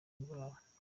ndwara